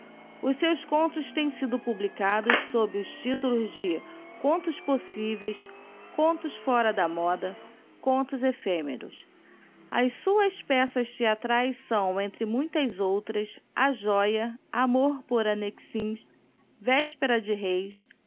os seus contos têm sido publicados sob os títulos de contos possíveis coutos fora da moda contos ephemeros as suas peças theatraes sâo entre muitas outras a jota amor por annexins véspera de reis